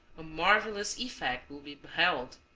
a marvelous effect will be beheld.